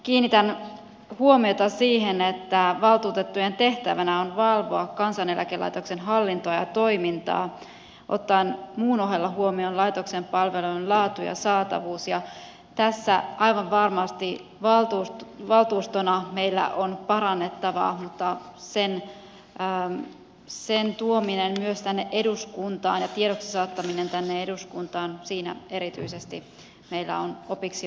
kiinnitän huomiota siihen että valtuutettujen tehtävänä on valvoa kansaneläkelaitoksen hallintoa ja toimintaa ottaen muun ohella huomioon laitoksen palveluiden laadun ja saatavuuden ja tässä aivan varmasti valtuustona meillä on parannettavaa mutta sen tuomisessa myös tänne eduskuntaan ja tiedoksi saattamisessa tänne eduskuntaan meillä on erityisesti opiksi otettavaa